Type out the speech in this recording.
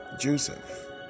Joseph